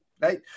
right